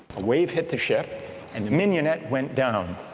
a wave hit the ship and the mignonette went down.